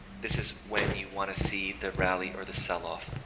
this is when you want to see the rally or the sell off